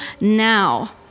now